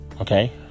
Okay